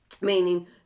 meaning